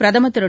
பிரதமர் திரு